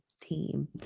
Team